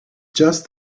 just